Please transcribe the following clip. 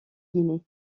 guinée